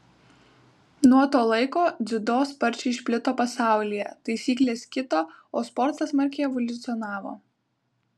nuo to laiko dziudo sparčiai išplito pasaulyje taisyklės kito o sportas smarkiai evoliucionavo